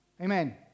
Amen